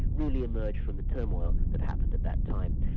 really emerged from the turmoil that happened at that time.